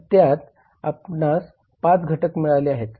तर त्यात आपणास 5 घटक मिळाले आहेत